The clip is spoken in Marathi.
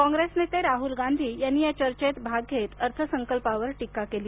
काँग्रेस नेते राहुल गांधी यांनी या चर्चॅत भाग घेत अर्थसंकल्पावर टीका केली